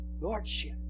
Lordship